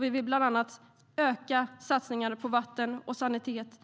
Vi vill bland annat öka satsningarna på vatten, sanitet